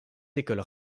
écoles